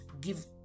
give